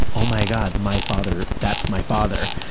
oh, my god, my father, that's my father